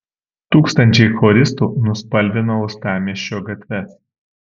tūkstančiai choristų nuspalvino uostamiesčio gatves